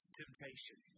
temptation